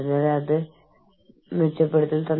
അതിനാൽ അതെല്ലാം കണക്കിലെടുക്കേണ്ടതുണ്ട്